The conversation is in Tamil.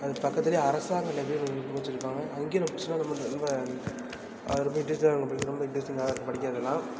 அதுக்கு பக்கத்திலையே அரசாங்க லைப்ரரினு ஒன்று வச்சிருப்பாங்கள் அங்கேயும் நான் புக்ஸ்லாம் ரொம்ப ரொம்ப இண்ட்ரெஸ்ட்டிங்காக இருக்கும் நம்மளுக்கு ரொம்ப இண்ட்ரெஸ்ட்டிங்காக தான் இருக்கும் படிக்கிறதுக்குலாம்